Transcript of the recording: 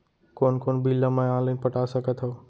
कोन कोन बिल ला मैं ऑनलाइन पटा सकत हव?